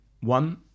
one